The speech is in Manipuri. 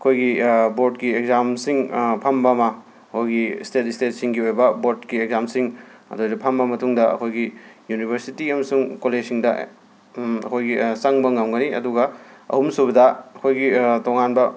ꯑꯩꯈꯣꯏꯒꯤ ꯕꯣꯔꯠꯀꯤ ꯑꯦꯛꯖꯥꯝꯁꯤꯡ ꯐꯝꯕ ꯃ ꯑꯩꯈꯣꯏꯒꯤ ꯁ꯭ꯇꯦꯠ ꯁ꯭ꯇꯦꯠꯁꯤꯡꯒꯤ ꯑꯣꯏꯕ ꯕꯣꯔꯠꯀꯤ ꯑꯦꯛꯖꯥꯝꯁꯤꯡ ꯑꯗꯩꯗ ꯐꯝꯃꯕ ꯃꯇꯨꯡꯗ ꯑꯩꯈꯣꯏꯒꯤ ꯌꯨꯅꯤꯕꯔꯁꯤꯇꯤ ꯑꯃꯁꯨꯡ ꯀꯣꯂꯦꯁꯁꯤꯡꯗ ꯑꯩꯈꯣꯏꯒꯤ ꯆꯪꯕ ꯉꯝꯒꯅꯤ ꯑꯗꯨꯒ ꯑꯍꯨꯝꯁꯨꯕꯗ ꯑꯩꯈꯣꯏꯒꯤ ꯇꯣꯉꯥꯟꯕ